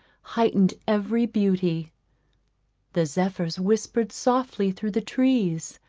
heightened every beauty the zephyrs whispered softly through the trees,